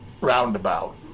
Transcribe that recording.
roundabout